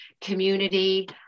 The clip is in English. community